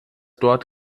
dort